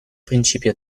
principio